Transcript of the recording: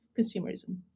consumerism